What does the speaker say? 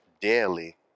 daily